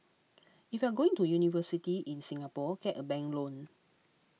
if you're going to university in Singapore get a bank loan